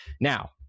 Now